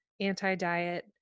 anti-diet